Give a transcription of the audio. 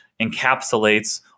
encapsulates